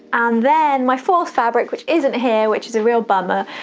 and then my fourth fabric, which isn't here, which is a real bummer,